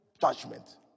judgment